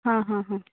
हां हां हां